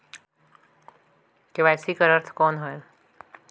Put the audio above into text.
KYC कर अर्थ कौन होएल?